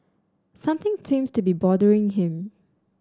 something seems to be bothering him